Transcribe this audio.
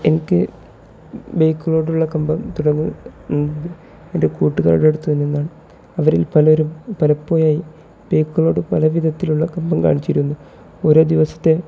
എനിക്ക് ബൈക്കുകളോടുള്ള കമ്പം തുടങ്ങുന്നത് എൻ്റെ കൂട്ടുകാരുടെ അടുത്തു നിന്നാണ് അവരിൽ പലരും പലപ്പോഴായി ബൈക്കുകളോട് പലവിധത്തിലുള്ള കമ്പം കാണിച്ചിരുന്നു ഒരേ ദിവസത്തെ